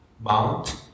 Mount